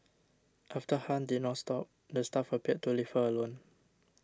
after Han did not stop the staff appeared to leave her alone